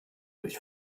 durch